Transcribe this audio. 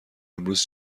امروز